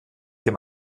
dem